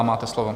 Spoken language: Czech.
Máte slovo.